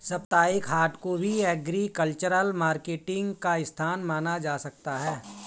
साप्ताहिक हाट को भी एग्रीकल्चरल मार्केटिंग का स्थान माना जा सकता है